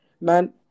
Man